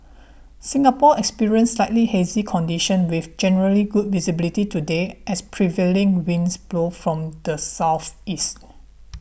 Singapore experienced slightly hazy conditions with generally good visibility today as prevailing winds blow from the southeast